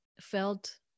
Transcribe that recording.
felt